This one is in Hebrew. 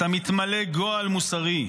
אתה מתמלא גועל מוסרי,